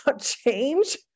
change